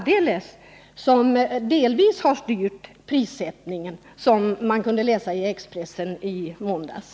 Det har ju delvis styrt prissättningen, som man kunde läsa i Expressen i måndags.